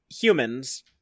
humans